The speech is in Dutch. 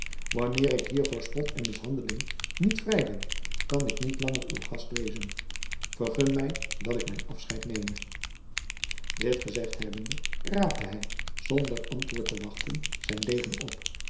wanneer ik hier voor spot en mishandeling niet vrij ben kan ik niet langer uw gast wezen vergun mij dat ik mijn afscheid neme dit gezegd hebbende raapte hij zonder antwoord te wachten zijn degen op